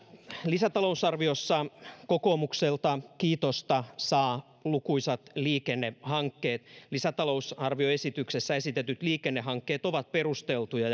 lisätalousarviossa kokoomukselta kiitosta saavat lukuisat liikennehankkeet lisätalousarvioesityksessä esitetyt liikennehankkeet ovat perusteltuja